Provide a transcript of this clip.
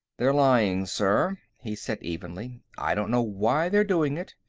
they're lying, sir, he said evenly. i don't know why they're doing it.